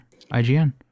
IGN